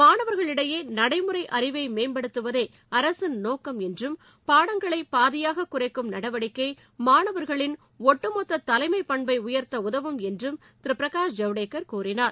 மாணவர்களிடையே நடைமுறை அறிவை மேம்படுத்துவதே அரசின் நோக்கம் என்றும் பாடங்களை பாதியாக குறைக்கும் நடவடிக்கை மாணவர்களின் ஒட்டுமொத்த தலைமைப் பண்மை உயர்த்த உதவும் என்றும் திரு பிரகாஷ் ஜவடேக்கர் கூறினார்